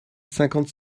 cinquante